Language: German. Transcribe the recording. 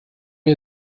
wir